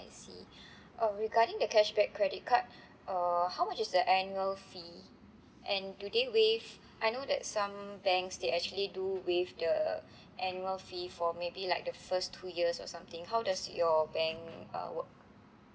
I see oh regarding the cashback credit card uh how much is the annual fee and do they waive I know that some banks they actually do with the annual fee for maybe like the first two years or something how does your bank uh work